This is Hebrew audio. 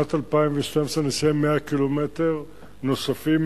ובשנת 2012 נסיים 100 ק"מ נוספים,